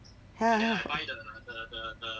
ha ha